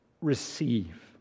receive